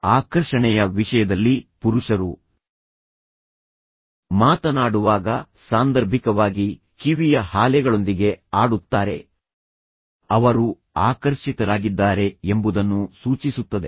ಆಕರ್ಷಣೆಯ ವಿಷಯದಲ್ಲಿ ಪುರುಷರು ಮಾತನಾಡುವಾಗ ಸಾಂದರ್ಭಿಕವಾಗಿ ಕಿವಿಯ ಹಾಲೆಗಳೊಂದಿಗೆ ಆಡುತ್ತಾರೆ ಅವರು ಆಕರ್ಷಿತರಾಗಿದ್ದಾರೆ ಎಂಬುದನ್ನು ಸೂಚಿಸುತ್ತದೆ